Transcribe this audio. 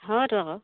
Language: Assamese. হয়তো আকৌ